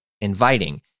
inviting